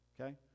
okay